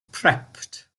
prepped